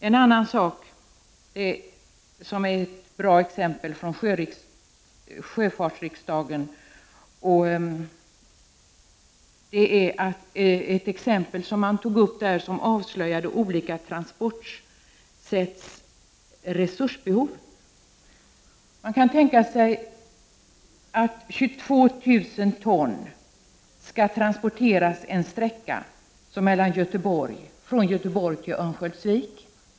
Ett exempel som togs upp på sjöfartsriksdagen avslöjade resursbehov för olika transportmedel. Man kan tänka sig att 22 000 ton gods skall transporteras från Göteborg till Örnsköldsvik.